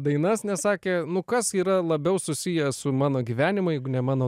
dainas nes sakė nu kas yra labiau susiję su mano gyvenimu jeigu ne mano